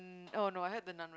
um oh no I heard the Nun